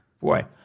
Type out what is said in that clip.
boy